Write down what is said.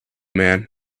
man